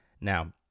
Now